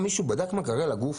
מישהו בדק מה קרה לגוף?